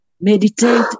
meditate